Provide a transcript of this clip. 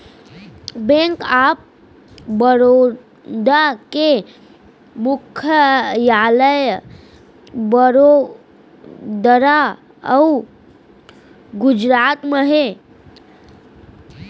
bank of Baroda के मुख्यालय बड़ोदरा अउ गुजरात म हे